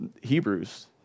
Hebrews